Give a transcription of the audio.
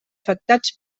afectats